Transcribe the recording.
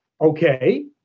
Okay